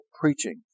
preaching